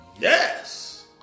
Yes